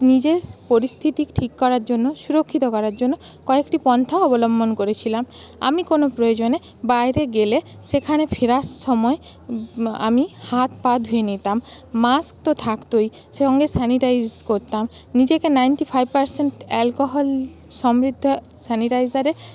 নিজে পরিস্থিতি ঠিক করার জন্য সুরক্ষিত করার জন্য কয়েকটি পন্থা অবলম্বন করেছিলাম আমি কোনো প্রয়োজনে বাইরে গেলে সেখানে ফেরার সময় আমি হাত পা ধুয়ে নিতাম মাস্ক তো থাকতই সঙ্গে স্যানিটাইজ করতাম নিজেকে নাইনটি ফাইভ পারসেন্ট অ্যালকোহল সমৃদ্ধ স্যানিটাইজারে